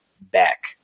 back